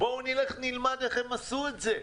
בואו נלך, נלמד איך הן עשו את זה.